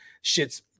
shit's